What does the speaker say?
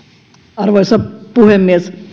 arvoisa puhemies